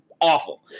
awful